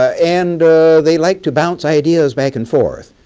and they like to bounce ideas back and forth.